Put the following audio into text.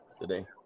today